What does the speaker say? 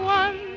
one